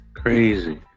crazy